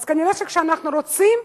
אז כנראה כשאנחנו רוצים,